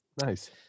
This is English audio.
Nice